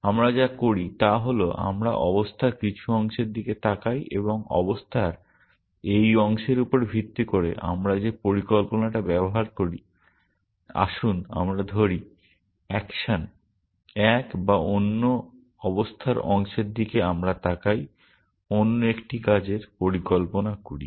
আমরা যা করি তা হল আমরা অবস্থার কিছু অংশের দিকে তাকাই এবং অবস্থার এই অংশের উপর ভিত্তি করে আমরা যে পরিকল্পনাটি ব্যবহার করি আসুন আমরা ধরি অ্যাকশন এক বা অন্য অবস্থার অংশের দিকে আমরা তাকাই অন্য একটি কাজের পরিকল্পনা করি